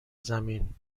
زمین